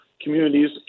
communities